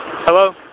Hello